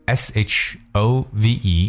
shove